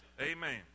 Amen